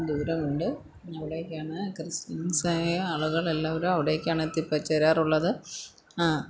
ഉള്ളിൽ അതൊക്കെയുണ്ട് അവടേക്കാണ് ക്രിസ്ത്യൻസായ ആള്കളെല്ലാവരും അവിടേക്കാണ് എത്തിച്ചേരാറുള്ളത്